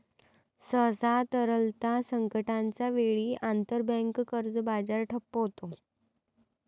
सहसा, तरलता संकटाच्या वेळी, आंतरबँक कर्ज बाजार ठप्प होतो